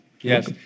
Yes